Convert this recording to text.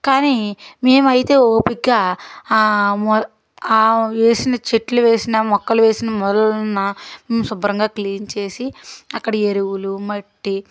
కానీ మేము అయితే ఓపికగా వేసిన చెట్లు వేసినా మొక్కలు వేసినా మొలలు ఉన్నా శుభ్రంగా క్లీన్ చేసి అక్కడ ఎరువులు మట్టి